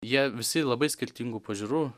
jie visi labai skirtingų pažiūrų